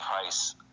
price